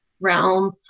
realm